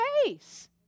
space